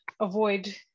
avoid